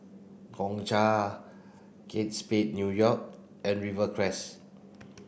Gongcha Kate Spade New York and Rivercrest